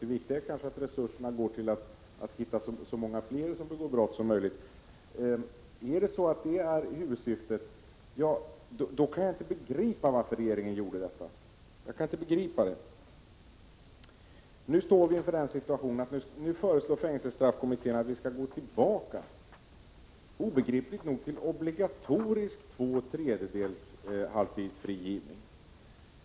Det viktiga kanske är att resurserna går till att hitta så många fler som möjligt av dem som begår brott. Är detta huvudsyftet, kan jag inte begripa varför regeringen ändrade reglerna för villkorlig frigivning. Nu står vi inför den situationen att fängelsestraffkommittén, obegripligt nog, föreslår att vi skall gå tillbaka till frigivning efter två tredjedelar av avtjänat straff.